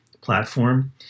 platform